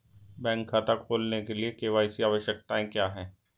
Bank खाता खोलने के लिए के.वाई.सी आवश्यकताएं क्या हैं?